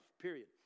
Period